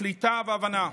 קליטה והבנה.